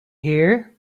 here